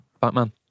Batman